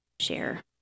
share